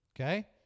okay